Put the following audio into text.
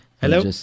Hello